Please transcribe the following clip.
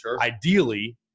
ideally